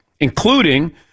including